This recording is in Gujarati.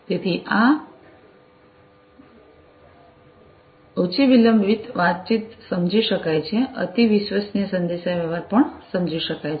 તેથી આ ઓછી વિલંબિત વાતચીત સમજી શકાય છે અતિ વિશ્વસનીય સંદેશાવ્યવહાર પણ સમજી શકાય છે